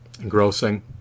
engrossing